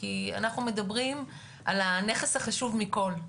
כי אנחנו מדברים על הנכס החשוב מכל,